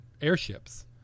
airships